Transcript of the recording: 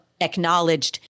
acknowledged